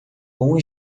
bom